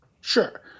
Sure